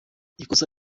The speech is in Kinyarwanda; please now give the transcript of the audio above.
ikosa